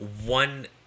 one